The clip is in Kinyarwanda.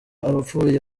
abapfuye